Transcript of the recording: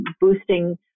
boosting